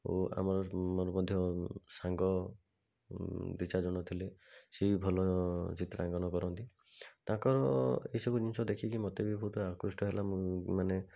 ଓ ଆମର ମୋର ମଧ୍ୟ ସାଙ୍ଗ ଦୁଇ ଚାରିଜଣ ଥିଲେ ସିଏ ବି ଭଲ ଚିତ୍ରାଙ୍କନ କରନ୍ତି ତାଙ୍କର ଏହିସବୁ ଜିନିଷ ଦେଖିକି ମୋତେ ବି ବହୁତ ଆକୃଷ୍ଟ ହେଲା ମୁଁ ମାନେ